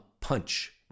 punch